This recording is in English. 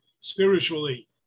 spiritually